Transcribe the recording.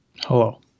Hello